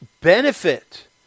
benefit